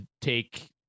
take